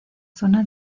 zona